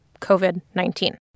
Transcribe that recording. COVID-19